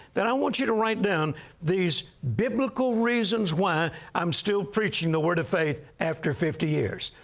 then i want you to write down these biblical reasons why i'm still preaching the word of faith after fifty years.